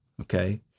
okay